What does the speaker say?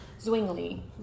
Zwingli